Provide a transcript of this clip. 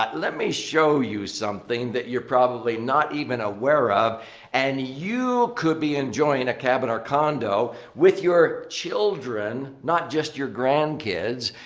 let me show you something that you're probably not even aware of and you could be enjoying a cabin or condo with your children, not just your grandkids,